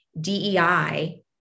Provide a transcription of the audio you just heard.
DEI